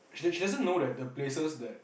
she she doesn't know that the places that